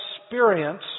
experience